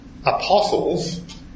apostles